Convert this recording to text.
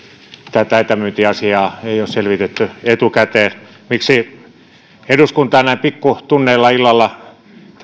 tätä etämyyntiasiaa ei ole selvitetty etukäteen miksi eduskunnalle näin pikkutunneilla illalla